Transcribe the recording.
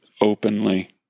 openly